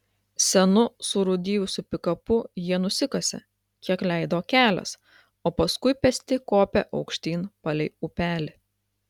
senu surūdijusiu pikapu jie nusikasė kiek leido kelias o paskui pėsti kopė aukštyn palei upelį